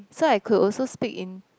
so I could also speak in